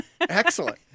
Excellent